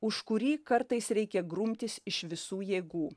už kurį kartais reikia grumtis iš visų jėgų